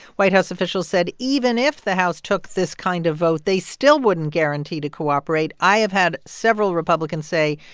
white house officials said even if the house took this kind of vote, they still wouldn't guarantee to cooperate. i have had several republicans say,